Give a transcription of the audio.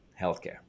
healthcare